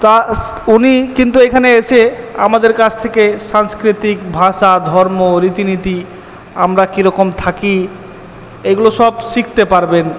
উনি কিন্তু এইখানে এসে আমাদের কাছ থেকে সাংস্কৃতিক ভাষা ধর্ম রীতি নীতি আমরা কি রকম থাকি এইগুলো সব শিখতে পারবেন